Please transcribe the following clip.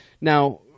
Now